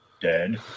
dead